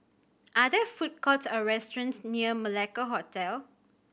are there food courts or restaurants near Malacca Hotel